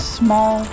small